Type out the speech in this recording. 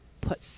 put